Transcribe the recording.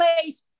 place